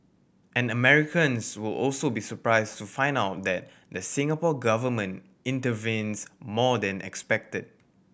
and Americans will also be surprised to find out that the Singapore Government intervenes more than expected